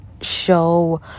show